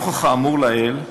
נוכח האמור לעיל,